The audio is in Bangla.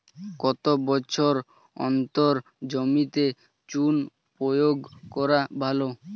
কত বছর অন্তর জমিতে চুন প্রয়োগ করা ভালো?